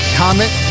comment